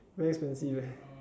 very expensive leh